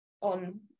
on